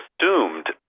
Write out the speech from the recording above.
assumed